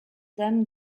dame